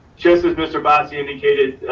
just as mr. bossy indicated,